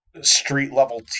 street-level